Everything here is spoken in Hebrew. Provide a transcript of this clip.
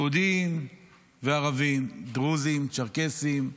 יהודים וערבים, דרוזים, צ'רקסים,